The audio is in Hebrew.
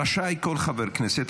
רשאי כל חבר כנסת,